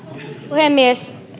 puhemies